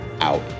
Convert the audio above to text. Out